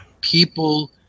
people